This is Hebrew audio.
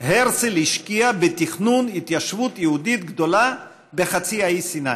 הרצל השקיע בתכנון התיישבות יהודית גדולה בחצי האי סיני?